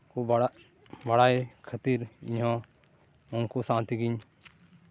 ᱠᱚ ᱵᱟᱲᱟᱭ ᱠᱷᱟᱹᱛᱤᱨ ᱤᱧᱦᱚᱸ ᱩᱱᱠᱩ ᱥᱟᱶ ᱛᱮᱜᱤᱧ